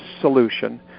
solution